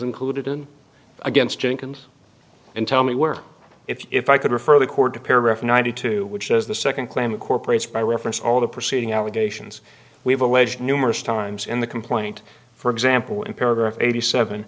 included in against jenkins and tell me where if i could refer the court to paragraph ninety two which is the second claim of corporates by reference all the preceding allegations we've always numerous times in the complaint for example in paragraph eighty seven